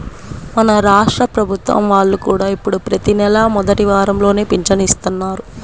మన రాష్ట్ర ప్రభుత్వం వాళ్ళు కూడా ఇప్పుడు ప్రతి నెలా మొదటి వారంలోనే పింఛను ఇత్తన్నారు